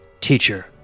teacher